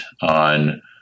on